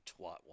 twat